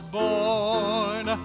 born